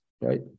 right